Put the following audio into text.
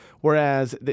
Whereas